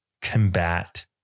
combat